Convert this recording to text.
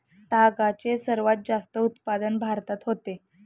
तागाचे सर्वात जास्त उत्पादन भारतात होते